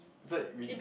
is like we